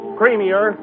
creamier